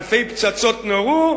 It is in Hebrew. אלפי פצצות נורו,